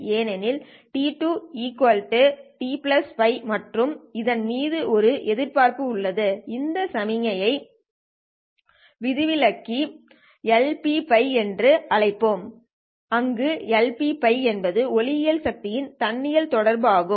ஏனெனில் t2 t τ மற்றும் இதன் மீது ஒரு எதிர்பார்ப்பு உள்ளது இந்த விதிவிலக்கு ஐ LPτ என்று அழைப்போம் அங்கு LPτ என்பது ஒளியியல் சக்தியின் தன்னியல் தொடர்பு ஆகும்